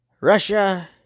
Russia